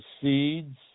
seeds